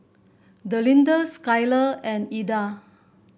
Delinda Skyla and Eda